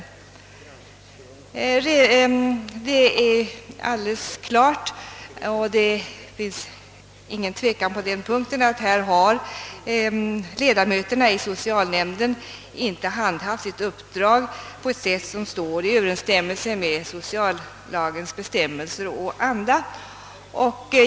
Det är alldeles klart — det finns ingen tvekan på den punkten — att här har ledamöterna i socialnämnden inte handhaft sitt uppdrag på ett sätt som står i överensstämmelse med sociallagens bestämmelser och anda.